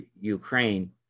Ukraine